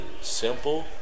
simple